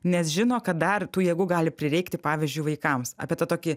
nes žino kad dar tų jėgų gali prireikti pavyzdžiui vaikams apie tą tokį